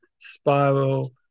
spiral